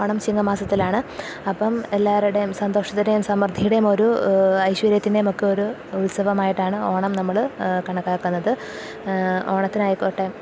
ഓണം ചിങ്ങമാസത്തിലാണ് അപ്പോള് എല്ലാവരുടെയും സന്തോഷത്തിന്റെയും സമൃദ്ധിയുടെയും ഒരു ഐശ്വര്യത്തിന്റെയും ഒക്കെ ഒരു ഉത്സവമായിട്ടാണ് ഓണം നമ്മള് കണക്കാക്കുന്നത് ഓണത്തിനായിക്കോട്ടെ